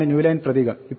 ഇതാണ് new line പ്രതീകം